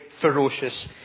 ferocious